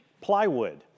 plywood